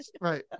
Right